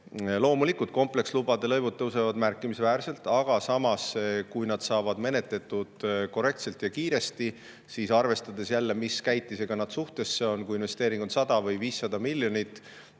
probleem. Loomulikult, komplekslubade lõivud tõusevad märkimisväärselt, aga samas, kui nad saavad menetletud korrektselt ja kiiresti, siis arvestades jälle, mis käitisega nad suhtes on, kui investeering on 100 või 500 miljonit,